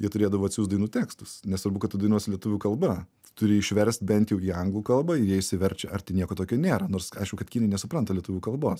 jie turėdavo atsiųst dainų tekstus nesvarbu kad tu dainuosi lietuvių kalba turi išverst bent jau į anglų kalbą ir jie išsiverčia ar tai nieko tokio nėra nors aišku kad kinai nesupranta lietuvių kalbos